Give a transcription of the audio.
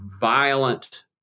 violent